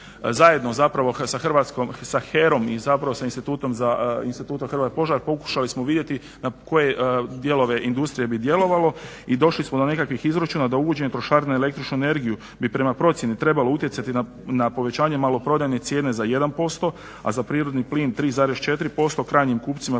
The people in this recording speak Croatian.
Zajedno zapravo sa HERA-om i institutom Hrvoje Požar pokušali smo vidjeti na koje dijelove industrije bi djelovalo i došli smo do nekakvih izračuna da uvođenje trošarina na električnu energiju bi prema procjeni trebalo utjecati na povećanje maloprodajne cijene za 1%, a za prirodni plin 3,4% krajnjim kupcima priključenim